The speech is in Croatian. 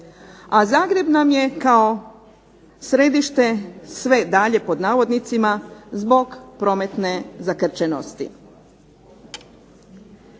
A Zagreb nam je kao središte "sve dalje" zbog prometne zakrčenosti.